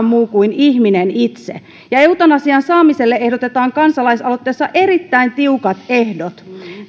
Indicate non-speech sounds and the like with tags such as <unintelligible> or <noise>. <unintelligible> muu kuin ihminen itse ja eutanasian saamiselle ehdotetaan kansalaisaloitteessa erittäin tiukat ehdot